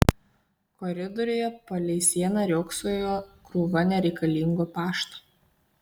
koridoriuje palei sieną riogsojo krūva nereikalingo pašto